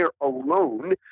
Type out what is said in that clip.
alone